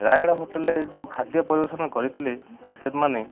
ରାୟଗଡ଼ା ହୋଟେଲ୍ରେ ଯୋଉ ଖାଦ୍ୟ ପରିବେଷଣ କରିଥିଲେ ସେମାନେ